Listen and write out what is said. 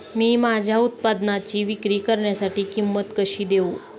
मी माझ्या उत्पादनाची विक्री करण्यासाठी किंमत कशी देऊ?